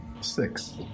Six